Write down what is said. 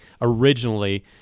originally